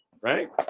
right